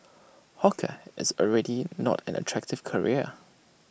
hawker is already not an attractive career